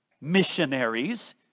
missionaries